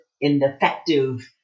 ineffective